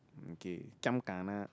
okay giam gana